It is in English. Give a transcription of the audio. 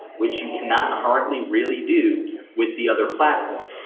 which you cannot currently really do with the other platforms.